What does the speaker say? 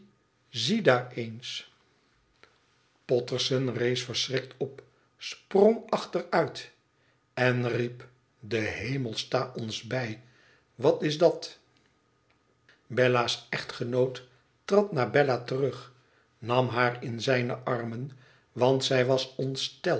daar eens potterson rees verschrikt op sprong achteruit en riep de hemel sta ons bij wat is dat bella's echtgenoot trad naar bella terug nam haar in zijne armen want zij was